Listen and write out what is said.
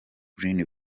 greene